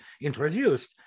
introduced